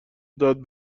داد